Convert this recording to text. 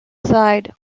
side